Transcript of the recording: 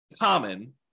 common